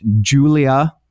Julia